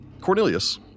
Cornelius